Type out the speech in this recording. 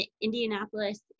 Indianapolis